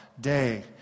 day